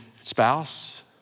spouse